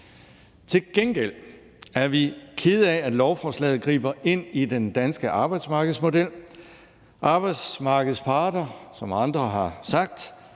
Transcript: Til gengæld er vi kede af, at lovforslaget griber ind i den danske arbejdsmarkedsmodel. Arbejdsmarkedets parter har, som andre har sagt,